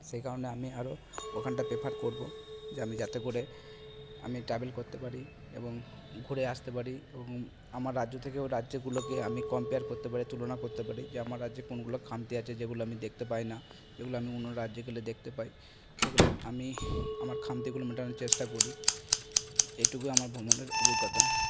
সেই কারণে আমি আরও ওখানটা প্রেফার করব যে আমি যাতে করে আমি ট্রাভেল করতে পারি এবং ঘুরে আসতে পারি এবং আমার রাজ্য থেকে ওই রাজ্যগুলোকে আমি কম্পেয়ার করতে পারি তুলনা করতে পারি যে আমার রাজ্যে কোনগুলো খামতি আছে যেগুলো আমি দেখতে পাই না যেগুলো আমি অন্য রাজ্যে গেলে দেখতে পাই সেগুলো আমি আমার খামতিগুলো মেটানোর চেষ্টা করি এটুকুই আমার ভ্রমণের অভিজ্ঞতা